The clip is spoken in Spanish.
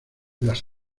las